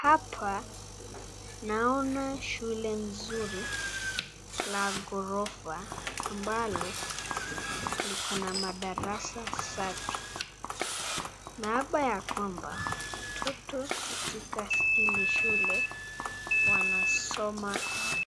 Hapa naona shule nzuri la ghorofa ambalo liko na madarasa safi. Naapa ya kwamba watoto katika hili shule wanasoma